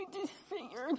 disfigured